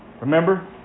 Remember